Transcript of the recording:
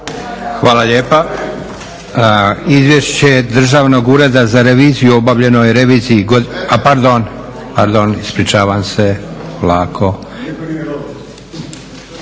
Hvala lijepa. Izvješće Državnog ureda za reviziju o obavljenoj reviziji. … /Upadica se ne